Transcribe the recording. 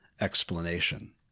explanation